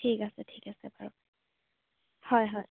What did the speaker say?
ঠিক আছে ঠিক আছে বাৰু হয় হয়